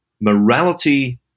morality